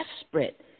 desperate